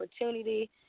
opportunity